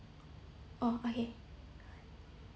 oh okay